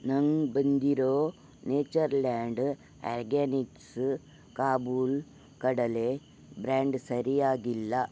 ನಂಗೆ ಬಂದಿರೋ Natureland Organics Kabul ಕಡಲೆ ಬ್ರ್ಯಾಂಡ್ ಸರಿಯಾಗಿಲ್ಲ